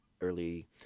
early